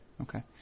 Okay